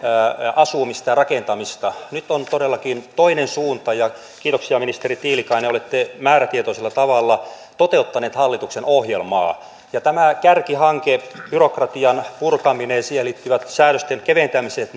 asumista ja rakentamista nyt on todellakin toinen suunta ja kiitoksia ministeri tiilikainen olette määrätietoisella tavalla toteuttanut hallituksen ohjelmaa tämä kärkihankehan byrokratian purkaminen ja siihen liittyvät säädösten keventämiset